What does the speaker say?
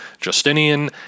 Justinian